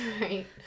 Right